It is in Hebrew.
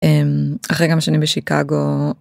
אה... אחרי כמה שנים בשיקגו.